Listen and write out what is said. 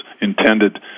intended